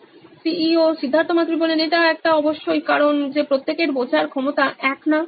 Siddharth Maturi C E O নোইন electronics এটা একটা অবশ্যই কারণ যে প্রত্যেকের বোঝার ক্ষমতা এক না